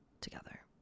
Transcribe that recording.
together